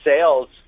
sales